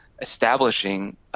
establishing